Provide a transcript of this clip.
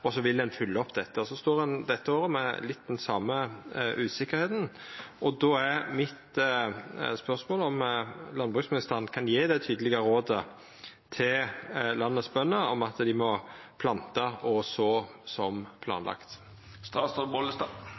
og så ville ein fylgja opp dette. Så står ein dette året med litt av den same usikkerheita. Då er spørsmålet mitt: Kan landbruksministeren gje eit tydeleg råd til bøndene i landet om at dei må planta og så som planlagt?